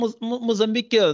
Mozambique